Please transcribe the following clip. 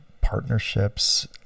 partnerships